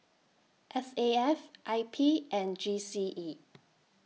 S A F I P and G C E